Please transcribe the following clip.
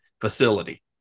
facility